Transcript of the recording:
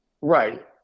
right